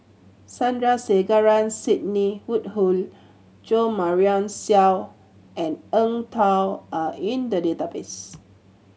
Sandrasegaran Sidney Woodhull Jo Marion Seow and Eng Tow are in the database